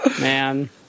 Man